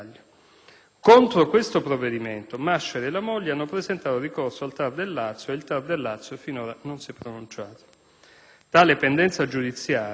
Contro questo provvedimento Masciari e la moglie hanno presentato ricorso al TAR del Lazio ed il TAR del Lazio fino ad oggi non si è pronunciato.